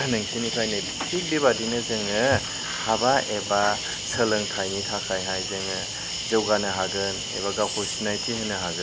नोंसिनिफ्राय नै थिग बेबायदिनो जोङो हाबा एबा सोलोंथाइनि थाखायहाय जोङो जौगानो हागोन एबा गावखौ सिनायथि होनो हागोन